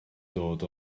dod